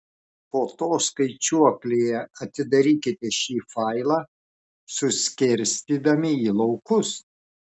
po to skaičiuoklėje atidarykite šį failą suskirstydami į laukus